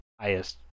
highest